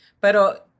Pero